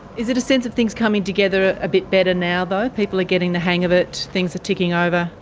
is it a sense of things coming together a bit better and now though, people are getting the hang of it, things are ticking over?